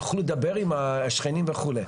תוכלו לדבר עם השכנים וכו'.